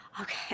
Okay